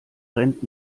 rennt